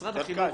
משרד החינוך,